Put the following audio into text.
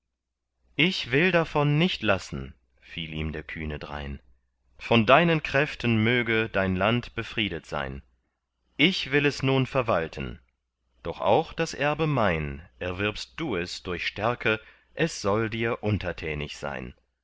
ich will davon nicht lassen fiel ihm der kühne drein von deinen kräften möge dein land befriedet sein ich will es nun verwalten doch auch das erbe mein erwirbst du es durch stärke es soll dir untertänig sein